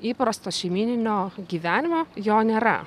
įprasto šeimyninio gyvenimo jo nėra